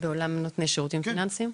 בעולם נותני שירותים פיננסיים?